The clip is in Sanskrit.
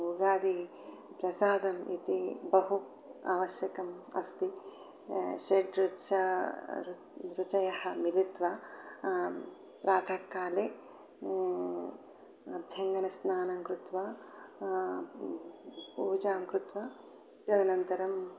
युगादिप्रसादः इति बहु आवश्यकं अस्ति षड्रुचयः रुच् रुचयः मिलित्वा प्रातः काले अभ्यङ्गस्नानं कृत्वा पूजां कृत्वा तदनन्तरं